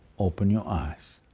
open your eyes.